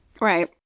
Right